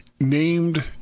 named